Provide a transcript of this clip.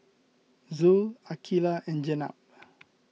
Zul Aqilah and Jenab